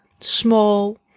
small